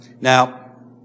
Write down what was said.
Now